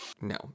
No